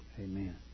Amen